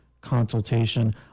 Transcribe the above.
consultation